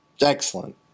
excellent